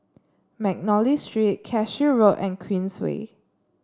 McNally Street Cashew Road and Queensway